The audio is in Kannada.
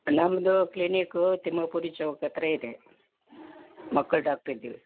ನಮ್ಮದು ಕ್ಲಿನಿಕು ತಿಮ್ಮಪುರಿ ಚೌಕ್ ಹತ್ರ ಇದೆ ಮಕ್ಕಳ ಡಾಕ್ಟ್ರ್ ಇದ್ದೀವಿ